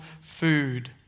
food